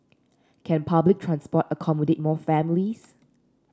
can public transport accommodate more families